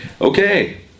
okay